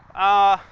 ah,